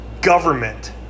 government